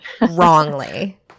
wrongly